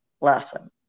lesson